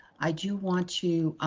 i do want to